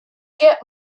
get